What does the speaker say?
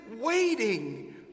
waiting